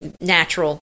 natural